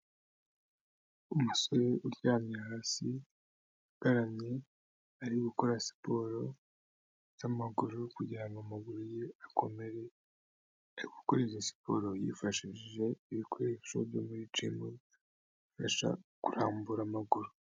Umusore uryamye hasi agaramye ari gukora siporo yamaguru kugira ngo amaguru ye akomere ari gukora izo siporo yifashishije ibikoresho byo muri jimu fasha kurambura amaguru.